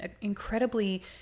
incredibly